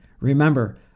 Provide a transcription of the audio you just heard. Remember